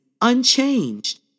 unchanged